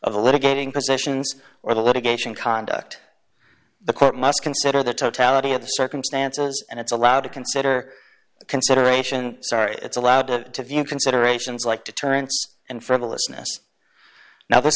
the litigating positions or the litigation conduct the court must consider the totality of the circumstances and it's allowed to consider consideration sorry it's allowed to view considerations like deterrence and for th